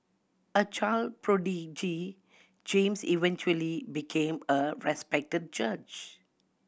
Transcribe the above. a child prodigy James eventually became a respected judge